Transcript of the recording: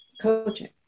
coaching